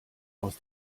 aus